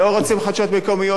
לא רוצים חדשות מקומיות?